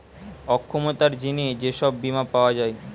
অক্ষমতার জিনে যে সব বীমা পাওয়া যায়